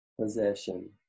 possession